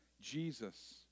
Jesus